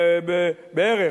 בערך?